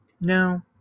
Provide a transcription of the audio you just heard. No